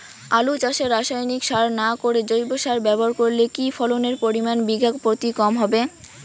আলু চাষে রাসায়নিক সার না করে জৈব সার ব্যবহার করলে কি ফলনের পরিমান বিঘা প্রতি কম হবে?